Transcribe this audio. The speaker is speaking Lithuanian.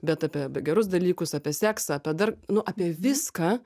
bet apie gerus dalykus apie seksą apie dar nu apie viską